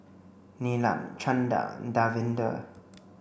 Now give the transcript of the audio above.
Neelam Chanda and Davinder